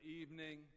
evening